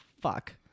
fuck